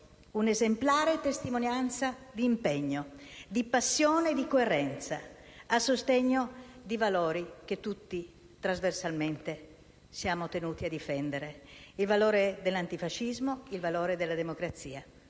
un'esemplare testimonianza di impegno, passione e coerenza a sostegno di valori che tutti trasversalmente siamo tenuti a difendere. Mi riferisco al valore dell'antifascismo e della democrazia.